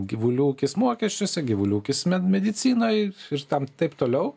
gyvulių ūkis mokesčiuose gyvulių ūkis med medicinoj ir tam taip toliau